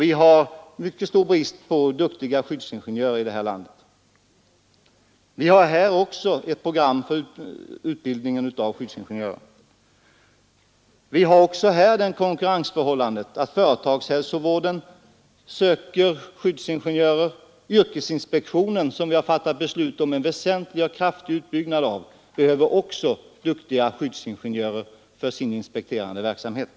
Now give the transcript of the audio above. Det råder mycket stor brist på duktiga skyddsingenjörer i vårt land och det finns ett program för ökad utbildning av skyddsingenjörer. Men också här råder det konkurrensförhållandet att företagshälsovården söker skyddsingenjörer, medan även yrkesinspektionen, som vi fattat beslut om en kraftig utbyggnad av, behöver duktiga skyddsingenjörer för sin inspekterande verksamhet.